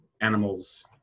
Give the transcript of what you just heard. animals